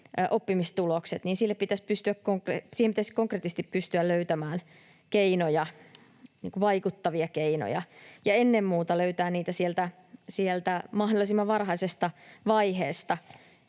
oppimistuloksiin pitäisi konkreettisesti pystyä löytämään vaikuttavia keinoja, ja ennen muuta löytää niitä sieltä mahdollisimman varhaisesta vaiheesta.